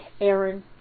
Aaron